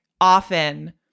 often